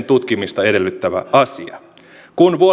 tutkimista edellyttävä asia kun